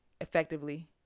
effectively